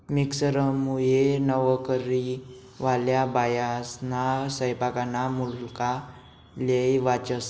मिक्सरमुये नवकरीवाल्या बायास्ना सैपाकना मुक्ला येय वाचस